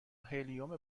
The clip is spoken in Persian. هلیوم